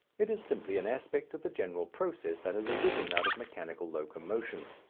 it is simply an aspect of the general process that has arisen out of mechanical locomotion.